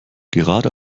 gerade